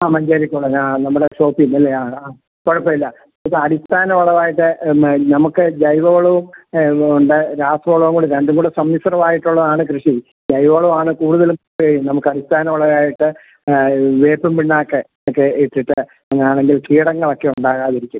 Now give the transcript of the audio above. ആ മഞ്ചേരിക്കുളനാണോ ആ നമ്മുടെ ഷോപ്പിൽ നിന്നല്ലേ ആ ആ കുഴപ്പമില്ല ഇതടിസ്ഥാന വളമായിട്ട് എന്നാൾ നമുക്ക് ജൈവവളവും ഉണ്ട് രാസവളവും കൂടി രണ്ടും കൂടെ സമ്മിശ്രമായിട്ടുള്ളതാണ് കൃഷി ജൈവവളമാണ് കൂടുതലും ചെയ്യുന്ന നമുക്ക് അടിസ്ഥാനമുള്ളതായിട്ട് വേപ്പിൻ പിണ്ണാക്ക് ഒക്കെ ഇട്ടിട്ട് അങ്ങനെയാണെങ്കിൽ കീടങ്ങളൊക്കെ ഉണ്ടാകാതിരിക്കും